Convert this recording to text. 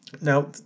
Now